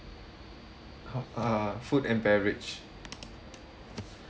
call uh food and beverage